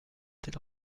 tel